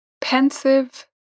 pensive